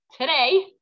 today